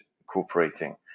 incorporating